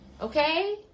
Okay